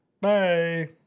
Bye